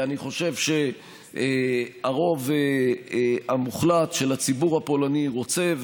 אני חושב שהרוב המוחלט של הציבור הפולני רוצה,